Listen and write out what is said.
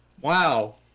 wow